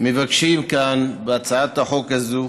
מבקשים כאן בהצעת החוק הזאת